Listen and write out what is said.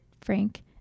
Frank